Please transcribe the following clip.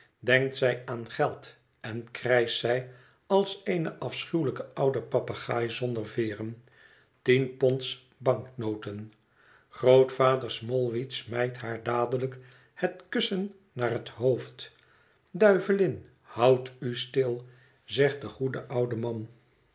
denkt zij aan geld en krijscht zij als eene afschuwelijke oude papegaai zonder veeren tien ponds banknoten grootvader smallweed smijt haar dadelijk het kussen naar het hoofd duivelin houd u stil zegt de goede oude man